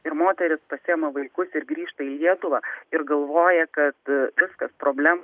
ir moteris pasiima vaikus ir grįžta į lietuvą ir galvoja kad viskas problema